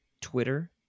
Twitter